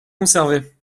conservés